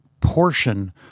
portion